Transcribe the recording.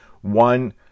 one